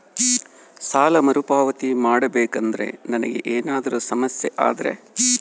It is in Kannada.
ಸಾಲ ಮರುಪಾವತಿ ಮಾಡಬೇಕಂದ್ರ ನನಗೆ ಏನಾದರೂ ಸಮಸ್ಯೆ ಆದರೆ?